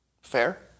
Fair